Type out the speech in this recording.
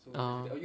ah